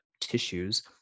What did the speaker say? tissues